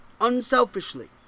unselfishly